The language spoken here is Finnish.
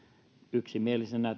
yksimielisenä